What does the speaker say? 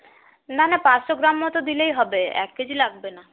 না না পাঁচশো গ্রাম মতো দিলেই হবে এক কেজি লাগবে না